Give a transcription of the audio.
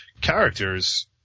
characters